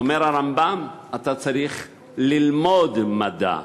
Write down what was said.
אומר הרמב"ם, אתה צריך ללמוד מדע,